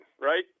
right